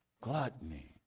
gluttony